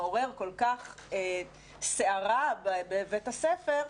מעורר כל כך סערה בבית הספר,